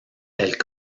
elle